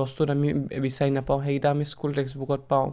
বস্তুত আমি বিচাৰি নাপাওঁ সেইকেইটা আমি স্কুল টেক্সট বুকত পাওঁ